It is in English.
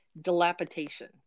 dilapidation